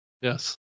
Yes